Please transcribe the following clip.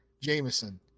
Jameson